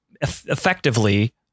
effectively